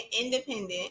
independent